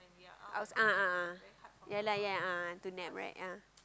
I was a'ah a'ah ya lah ya a'ah to nap right ah